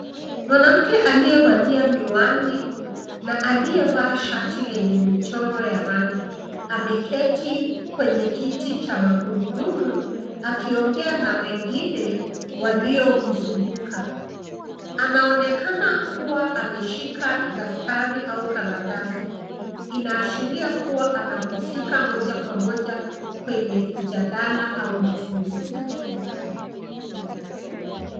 Mwanamke aliye valia miwani na aliye vaa shati lenye michoro ya rangi ameketi kwenye kiti cha magurudumu akiongea na wengine walio mzunguka. Anaonekana kuwa ameshika daftari au karatasi, ina ashiria kuwa anahusika moja kwa moja kwenye mjadala au mafunzo.